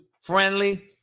friendly